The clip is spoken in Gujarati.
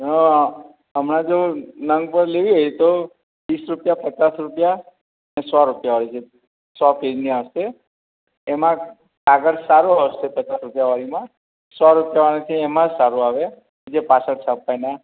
હ હમણાં જો નંગ પર લેવી હોય તો ત્રીસ રૂપિયા પચાસ રૂપિયા ને સો રૂપિયાવાળી છે સો કિનિયા હશે એમાં કાગળ સારો હશે પચાસ રૂપિયાવાળીમાં સો રૂપિયાવાળી છે એમાં સારો આવે જે પાછળ છાપવાના